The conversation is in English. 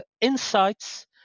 insights